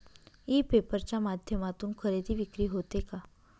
E paper च्या माध्यमातून खरेदी विक्री होते का?